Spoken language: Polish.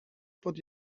pod